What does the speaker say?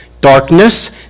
Darkness